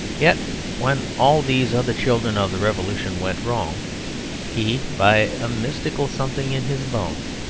yet when all these other children of the revolution went wrong he, by a mystical something in his bones,